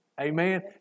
Amen